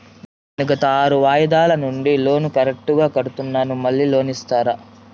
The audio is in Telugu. నేను గత ఆరు వాయిదాల నుండి లోను కరెక్టుగా కడ్తున్నాను, మళ్ళీ లోను ఇస్తారా?